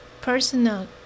personal